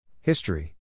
History